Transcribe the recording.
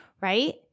right